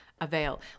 avail